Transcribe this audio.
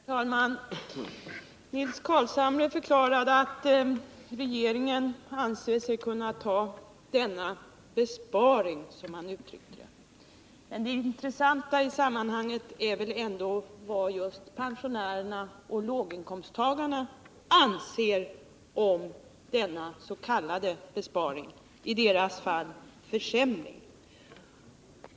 Herr talman! Nils Carlshamre förklarade att regeringen anser sig kunna göra denna besparing, som han uttryckte det. Men det intressanta i sammanhanget är väl just vad pensionärerna och låginkomsttagarna anser om denna s.k. besparing — i deras fall en försämring.